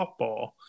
softball